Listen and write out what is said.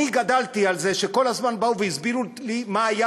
אני גדלתי על זה שכל הזמן באו והסבירו לי מה היה